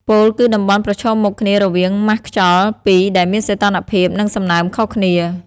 ពោលគឺតំបន់ប្រឈមមុខគ្នារវាងម៉ាស់ខ្យល់ពីរដែលមានសីតុណ្ហភាព និងសំណើមខុសគ្នា។